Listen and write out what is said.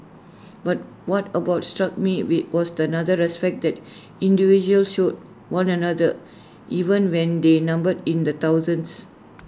but what about struck me we was the respect that individuals showed one another even when they numbered in the thousands